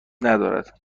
ندارد